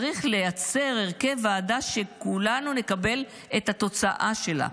צריך לייצר הרכב ועדה שכולנו נקבל את התוצאה שלה,